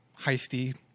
heisty